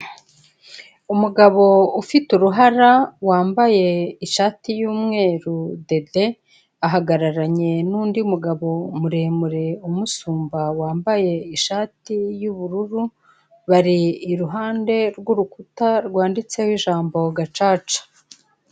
Umugabo ufite uruhara wambaye ishati y'umweru dede ahagararanye n'undi mugabo muremure umusumba wambaye ishati y'ubururu, bari iruhande rw'urukuta rwanditseho ijambo gacaca.